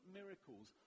miracles